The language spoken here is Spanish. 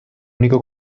único